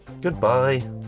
Goodbye